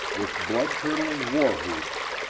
with blood curdling war whoops.